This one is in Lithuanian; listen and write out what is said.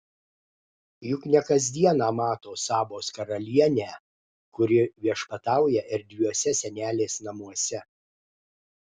juk ne kas dieną mato sabos karalienę kuri viešpatauja erdviuose senelės namuose